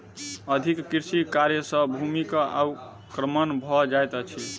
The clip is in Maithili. अधिक कृषि कार्य सॅ भूमिक अवक्रमण भ जाइत अछि